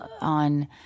on